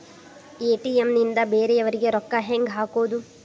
ATM ನಿಂದ ಬೇರೆಯವರಿಗೆ ರೊಕ್ಕ ಹೆಂಗ್ ಹಾಕೋದು?